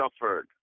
suffered